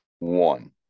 One